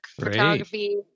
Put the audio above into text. photography